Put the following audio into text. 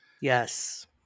Yes